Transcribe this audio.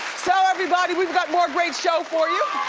so everybody we've got more great show for you.